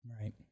Right